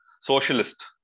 socialist